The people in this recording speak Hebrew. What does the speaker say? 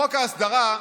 חוק ההסדרה,